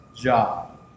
job